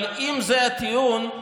אבל אם זה הטיעון,